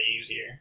easier